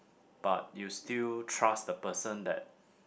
but you still trust the person that